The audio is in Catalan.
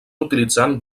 utilitzant